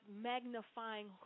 magnifying